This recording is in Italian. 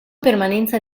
permanenza